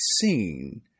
seen